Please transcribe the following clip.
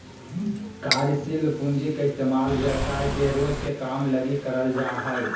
कार्यशील पूँजी के इस्तेमाल व्यवसाय के रोज के काम लगी करल जा हय